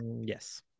Yes